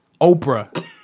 Oprah